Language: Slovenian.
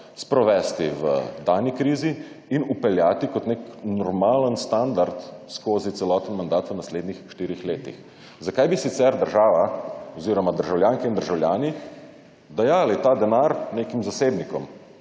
sprovesti v dani krizi in vpeljati kot nek normalen standard skozi celoten mandat v naslednjih štirih letih. Zakaj bi sicer država oziroma državljanke in državljani dajali ta denar nekim zasebnikom?